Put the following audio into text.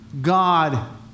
God